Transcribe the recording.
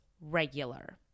regular